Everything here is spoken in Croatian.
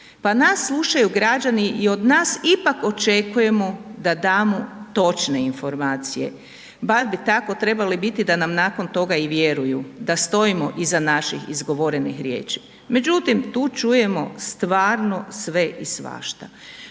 Pa nas slušaju građani i od nas ipak očekujemo da damo točne informacije. Bar bi tako trebalo biti da nam nakon toga i vjeruju, da stojimo iza naših izgovorenih riječi. Međutim, tu čujemo stvarno sve i svašta.